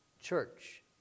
church